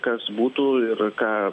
kas būtų ir ką